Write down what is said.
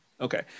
Okay